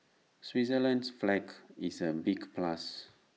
Switzerland's flag is A big plus